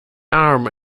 arm